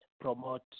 promote